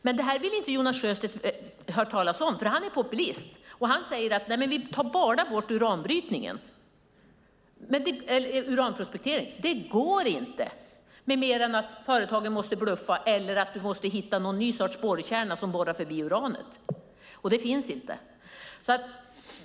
Men detta vill inte Jonas Sjöstedt höra talas om, för han är populist och säger att bara uranprospekteringen ska tas bort. Men det går inte med mindre än att företagen måste bluffa eller att man hittar någon ny sorts borrkärna som borrar förbi uranet. Någon sådan finns inte.